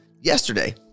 Yesterday